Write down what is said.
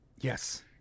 yes